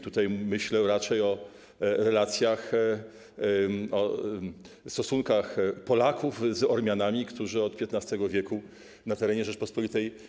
Tutaj myślę raczej o relacjach, o stosunkach Polaków z Ormianami, którzy od XV w. mieszkają na terenie Rzeczypospolitej.